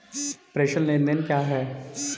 प्रेषण लेनदेन क्या है?